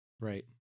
Right